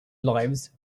lives